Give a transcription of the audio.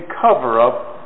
cover-up